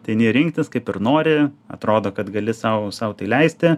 ateini rinktis kaip ir nori atrodo kad gali sau sau tai leisti